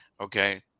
okay